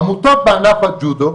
עמותות בענף הג'ודו,